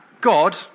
God